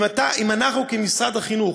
אם אנחנו כמשרד החינוך,